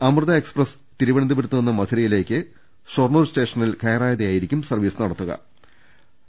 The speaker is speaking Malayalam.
അമൃത എക്സ്പ്രസ് തിരുവനന്തപുരത്ത് നിന്ന് മധുരയിലേക്ക് ഷൊർണൂർ സ്റ്റേഷനിൽ കയറാതെയായിരിക്കും സർവീസ് നടത്തു ന്നത്